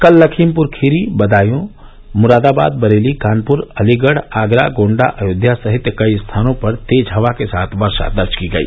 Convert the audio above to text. कल लखीमपुर खीरी बदायूं मुरादाबाद बरेली कानपुर अलीगढ़ आगरा गोण्डा अयोध्या सहित कई स्थानों पर तेज हवा के साथ वर्षा दर्ज की गई